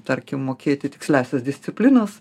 tarkim mokėti tiksliąsias disciplinas